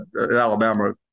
Alabama